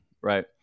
right